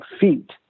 feet